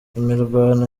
imirwano